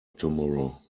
tomorrow